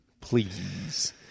Please